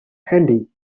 handy